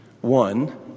One